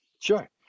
sure